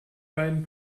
beiden